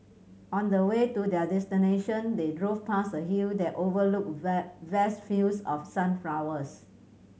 on the way to their destination they drove past a hill that overlooked vast fields of sunflowers